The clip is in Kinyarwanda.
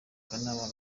kanama